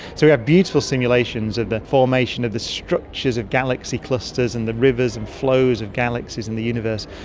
so we have beautiful simulations of the formation of the structures of galaxy clusters and the rivers and flows of galaxies in the universe.